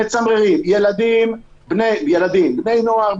בני נוער,